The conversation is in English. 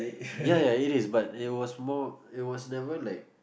ya ya it is but it was more it was never like